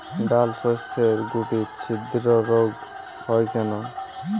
ডালশস্যর শুটি ছিদ্র রোগ হয় কেন?